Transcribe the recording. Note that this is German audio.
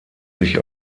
sich